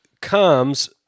comes